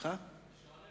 אדוני